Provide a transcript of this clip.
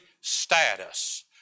status